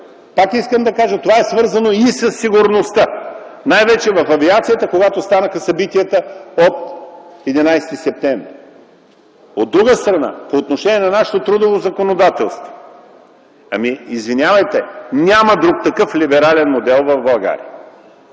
пак искам да кажа - това е свързано и със сигурността, най-вече в авиацията, след като станаха събитията от 11 септември. От друга страна, по отношение на нашето трудово законодателство, извинявайте, но няма друг такъв либерален модел в България